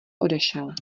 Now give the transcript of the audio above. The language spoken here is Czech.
odešel